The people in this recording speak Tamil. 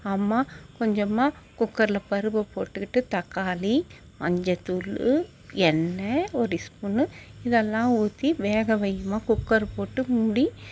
அம்மா கொஞ்சமாக குக்கரில் பருப்பை போட்டுக்கிட்டு தக்காளி மஞ்சத்தூள் எண்ணெய் ஒரு ஸ்பூனு இதெல்லாம் ஊற்றி வேக வைமா குக்கர் போட்டு மூடி